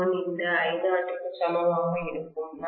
I1 இந்த I0 க்கு சமமாக இருக்கும்